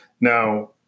now